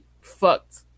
fucked